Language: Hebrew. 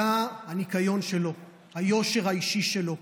היה הניקיון שלו, היושר האישי שלו,